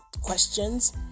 questions